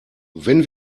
wenn